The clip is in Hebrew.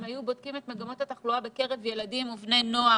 אם היו בודקים את מגמות התחלואה בקרב ילדים ובני נוער